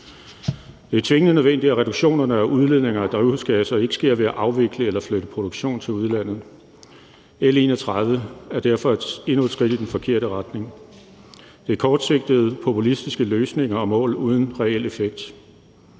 Det er tvingende nødvendigt, at reduktionerne i udledningerne af drivhusgasser ikke sker ved at afvikle eller flytte produktion til udlandet. L 31 er derfor endnu et skridt i den forkerte retning. Det er kortsigtede, populistiske løsninger og mål uden reel effekt.